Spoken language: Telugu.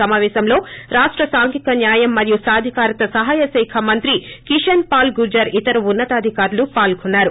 సమావేశంలో కేంద్ర సాంఘిక న్యాయ మరియు సాధికారత సహాయ శాక మంత్రి క్రిషన్ పాల గుర్హార్ ఇతర ఉన్న తాధికరులు పాల్గొన్నారు